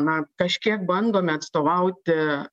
na kažkiek bandome atstovauti